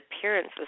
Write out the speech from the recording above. appearance